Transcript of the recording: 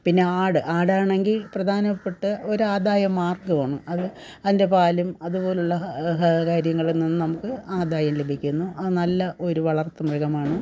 പിന്നെ ആട് ആടാണെങ്കിൽ പ്രധാനപ്പെട്ട ഒരാദായ മാർഗ്ഗവാണ് അത് അതിന്റെ പാലും അതുപോലുള്ള ആഹാരകാര്യങ്ങളിൽ നിന്നും നമുക്ക് ആദായം ലഭിക്കുന്നു അത് നല്ല ഒരു വളർത്തു മൃഗമാണ്